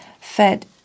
fed